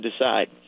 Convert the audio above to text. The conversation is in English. decide